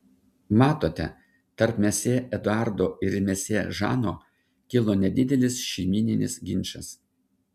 matote tarp mesjė eduardo ir mesjė žano kilo nedidelis šeimyninis ginčas